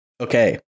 Okay